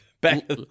back